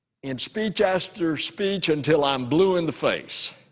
and speech after speech until i'm blue in the face,